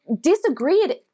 disagreed